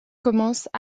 commencent